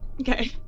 Okay